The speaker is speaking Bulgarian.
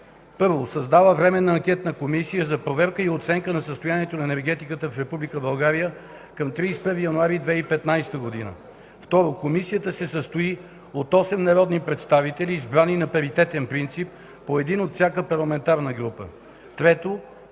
1. Създава Временна анкетна комисия за проверка и оценка на състоянието на енергетиката в Република България към 31 януари 2015 г. 2. Комисията се състои от 8 (осем) народни представители, избрани на паритетен принцип – по един от всяка парламентарна група. 3.